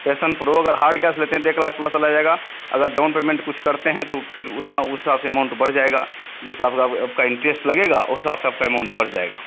fashion pro अगर hard cash लेते हैं तो एक लाख प्लस चला जाएगा अगर डाउन पेमेंट कुछ करते हैं तो फिर उतना उस हिसाब से अमाउंट बढ़ जाएगा जिस हिसाब आपका इन्ट्रेस्ट लगेगा उस हिसाब से आपका अमाउंट बढ़ जाएगा